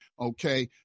okay